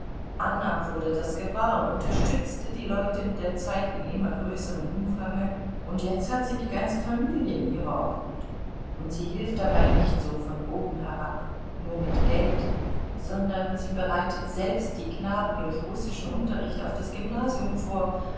anna wurde das gewahr unterstützte die leute mit der zeit in immer größerem umfange und jetzt hat sie die ganze familie in ihrer obhut und sie hilft dabei nicht so von oben herab nur mit geld sondern sie bereitet selbst die knaben durch russischen unterricht auf das gymnasium vor